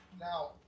Now